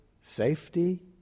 safety